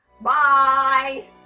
Bye